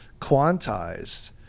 quantized